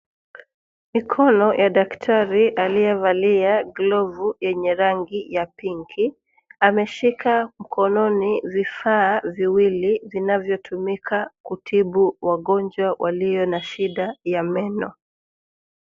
Mikono ya daktari aliyevalia glovu yenye rangi ya pinki ameshika mkononi vifaa viwili vinavyotumika kutibu wagonjwa walio na shida ya meno.